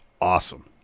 awesome